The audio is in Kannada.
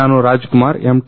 ನಾನು ರಾಜ್ಕುಮಾರ್ ಎಮ್